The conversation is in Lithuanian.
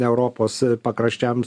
europos pakraščiams